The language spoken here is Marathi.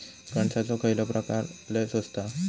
कणसाचो खयलो प्रकार लय स्वस्त हा?